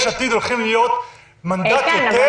יש עתיד הולכים להיות מנדט יותר.